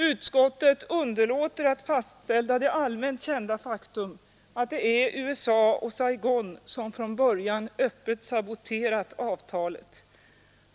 Utskottet underlåter att fastställa det allmänt kända faktum att det är USA och Saigon som från början öppet saboterat avtalet.